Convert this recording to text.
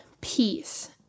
peace